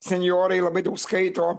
senjorai labai daug skaito